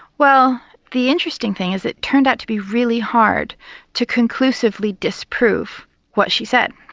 well the interesting thing is it turned out to be really hard to conclusively disprove what she said.